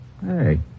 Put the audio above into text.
Hey